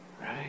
right